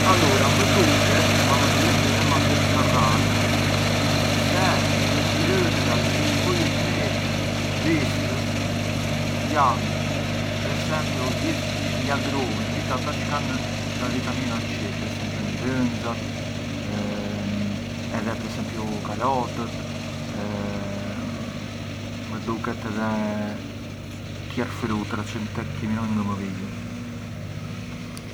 Allura më duket, ma mënd jetë midhe se zgarrar, se të ngrënërat çë i bujën mirë vistës jan per esempiu gjithë gli agrumi, gjith ata çë kan la vitamina C, per esempiu narënxat, edhe per esempiu karotet, më duket edhe tjerë frutëra çë te qi mument ngë më vijën.